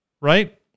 right